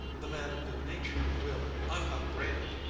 the man of good nature will, unupbraided,